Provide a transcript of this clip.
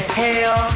hell